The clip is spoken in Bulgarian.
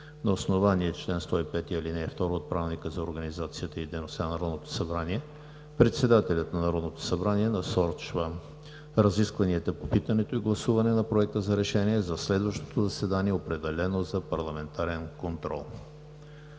На основание чл. 105, ал. 2 от Правилника за организацията и дейността на Народното събрание председателят на Народното събрание насрочва разискванията по питането и гласуване на Проекта за решение за следващото заседание, определено за парламентарен контрол.